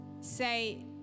say